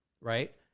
right